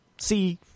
see